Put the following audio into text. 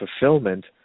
fulfillment